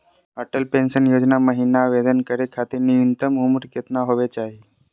Atal pension Yojana महिना आवेदन करै खातिर न्युनतम उम्र केतना होवे चाही?